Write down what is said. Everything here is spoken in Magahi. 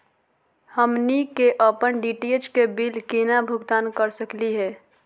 हमनी के अपन डी.टी.एच के बिल केना भुगतान कर सकली हे?